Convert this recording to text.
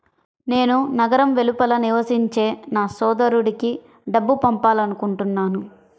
నేను నగరం వెలుపల నివసించే నా సోదరుడికి డబ్బు పంపాలనుకుంటున్నాను